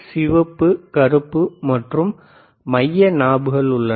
சிவப்பு கருப்பு மற்றும் மைய கைப்பிடிகள் உள்ளன